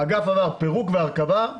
האגף עבר פירוק והרכבה,